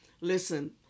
Listen